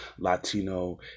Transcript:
Latino